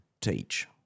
teach